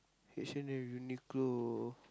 H-and-M Uniqlo